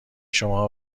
شماها